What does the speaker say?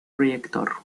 proyector